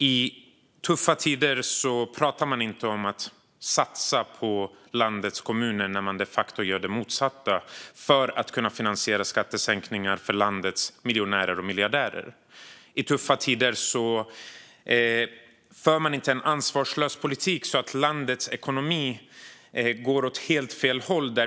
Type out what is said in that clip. I tuffa tider pratar man inte om att satsa på landets kommuner när man de facto gör det motsatta för att kunna finansiera skattesänkningar för landets miljonärer och miljardärer. I tuffa tider för man inte en ansvarslös politik så att landets ekonomi går åt helt fel håll.